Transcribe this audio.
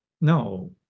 no